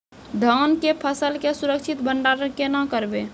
धान के फसल के सुरक्षित भंडारण केना करबै?